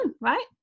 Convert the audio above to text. right